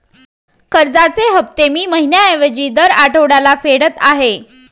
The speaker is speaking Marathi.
कर्जाचे हफ्ते मी महिन्या ऐवजी दर आठवड्याला फेडत आहे